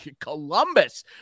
Columbus